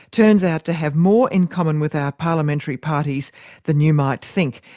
turns out to have more in common with our parliamentary parties than you might think.